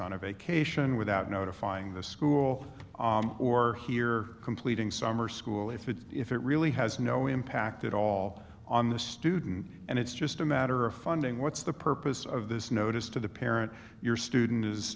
on a vacation without notifying the school or here completing summer school if it's if it really has no impact at all on the student and it's just a matter of funding what's the purpose of this notice to the parent your student is